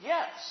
Yes